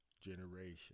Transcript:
generation